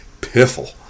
Piffle